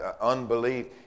unbelief